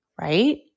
right